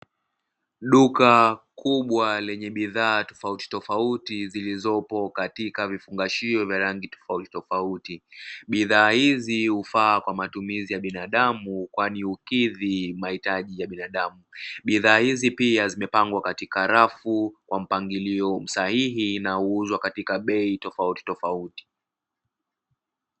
Duka kubwa lenye bidhaa tofauti tofauti, zilizopo katika vifungashio vya rangi tofauti tofauti bidhaa hizi hufaa kwa matumizi ya binadamu, kwani hukidhi mahitaji ya binadamu, bidhaa hizi pia zimepangwa katika rafu kwa mpangilio sahihi na huuzwa katika bei tofautitofauti.